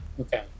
Okay